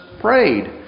prayed